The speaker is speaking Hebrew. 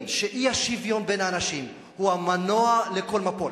שאי-השוויון בין האנשים הוא המנוע לכל מפולת.